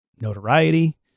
notoriety